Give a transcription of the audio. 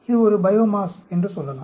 இது ஒரு பையோமாஸ் என்று சொல்லலாம்